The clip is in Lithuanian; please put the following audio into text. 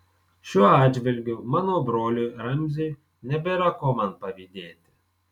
šiuo atžvilgiu mano broliui ramziui nebėra ko man pavydėti